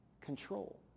control